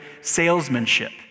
salesmanship